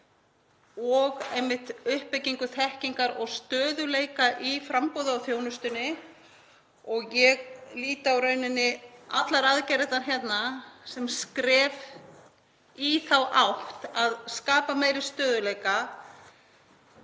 og uppbyggingu þekkingar og stöðugleika í framboði á þjónustunni. Ég lít á allar aðgerðirnar hérna sem skref í þá átt að skapa meiri stöðugleika